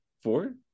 four